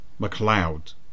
McLeod